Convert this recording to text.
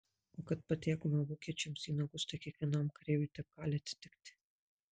o kad patekome vokiečiams į nagus tai kiekvienam kareiviui taip gali atsitikti